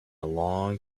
long